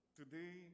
today